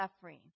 suffering